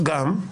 גם,